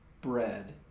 bread